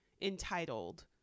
entitled